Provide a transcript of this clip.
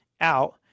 out